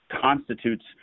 constitutes